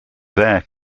their